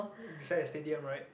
beside the stadium right